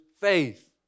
faith